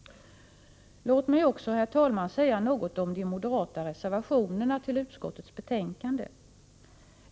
Låt mig också, herr talman, säga något om de moderata reservationerna till utskottets betänkande.